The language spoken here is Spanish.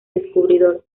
descubridor